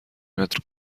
متر